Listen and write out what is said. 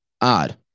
odd